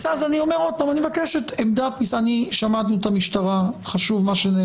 אני מבקש את עמדת משרד המשפטים.